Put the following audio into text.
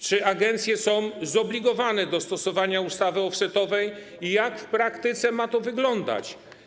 Czy agencje są zobligowane do stosowania ustawy offsetowej i jak w praktyce ma to wyglądać?